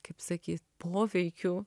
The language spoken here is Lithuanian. kaip sakyt poveikiu